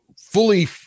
fully